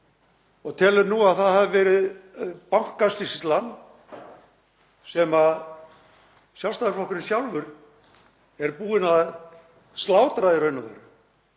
og telur nú að það hafi verið Bankasýslan, sem Sjálfstæðisflokkurinn sjálfur er búinn að slátra í raun og veru